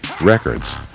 Records